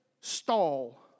stall